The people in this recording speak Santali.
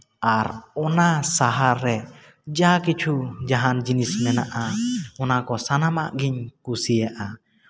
ᱟᱨ ᱚᱱᱟ ᱥᱟᱦᱟᱨ ᱨᱮ ᱡᱟ ᱠᱤᱪᱷᱩ ᱡᱟᱦᱟᱱ ᱡᱤᱱᱤᱥ ᱢᱮᱱᱟᱜᱼᱟ ᱚᱱᱟ ᱠᱚ ᱥᱟᱱᱟᱢᱟᱜ ᱜᱤᱧ ᱠᱩᱥᱤᱭᱟᱜᱼᱟ